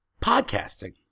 podcasting